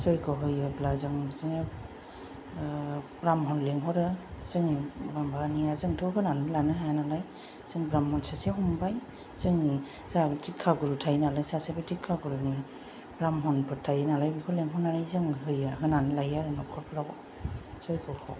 जग्य होयोब्ला जों बिदिनो ब्रह्मण लिंहरो जों ब्रह्मनिया जोंथ' होनानै लानो हाय नालाय जों ब्राह्मण सासे हमबाय जों धिखा गुरु थायो नालाय सासे बे धिखा गुरिनि ब्राह्मणफोर थायो नालाय बेखौ लिंहरनानै जों जों होयो आरो होनानै लायो आरो न'खरावहाय जग्यखौ